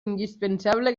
indispensable